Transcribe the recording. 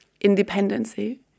independency